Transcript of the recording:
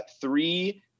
three-